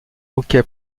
hockey